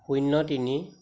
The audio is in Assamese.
শূন্য তিনি